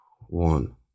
one